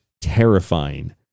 terrifying